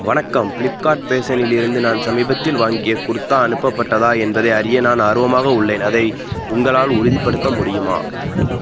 வணக்கம் பிளிப்கார்ட் ஃபேஷனிலிருந்து நான் சமீபத்தில் வாங்கிய குர்தா அனுப்பப்பட்டதா என்பதை அறிய நான் ஆர்வமாக உள்ளேன் அதை உங்களால் உறுதிப்படுத்த முடியுமா